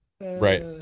right